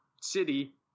City